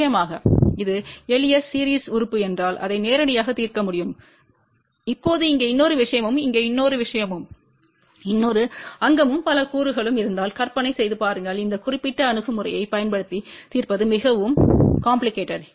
நிச்சயமாக இது எளிய சீரிஸ் உறுப்பு என்றால் அதை நேரடியாக தீர்க்க முடியும் இப்போது இங்கே இன்னொரு விஷயமும் இங்கே இன்னொரு விஷயமும் இன்னொரு அங்கமும் பல கூறுகளும் இருந்தால் கற்பனை செய்து பாருங்கள் இந்த குறிப்பிட்ட அணுகுமுறையைப் பயன்படுத்தி தீர்ப்பது மிகவும் காம்ப்லெஸ்தாகிவிடும்